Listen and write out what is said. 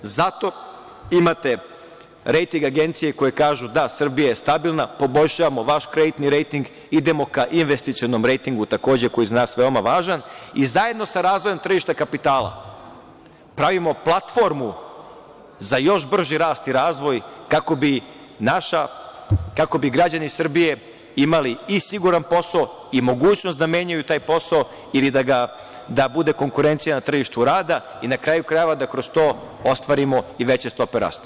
Zato imate rejting agencije koje kažu – da, Srbija je stabilna, poboljšavamo vaš kreditni rejting, idemo ka investicionom rejtingu, takođe, koji je za nas veoma važan i zajedno sa razvojem tržišta kapitala pravimo platformu za još brži rast i razvoj kako bi građani Srbije imali i siguran posao i mogućnost da menjaju taj posao ili da bude konkurencija na tržištu rada i, na kraju krajeva, da kroz to ostvarimo i veće stope rasta.